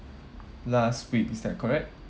last week is that correct